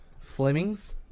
Fleming's